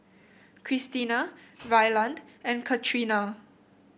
Kristina Ryland and Katrina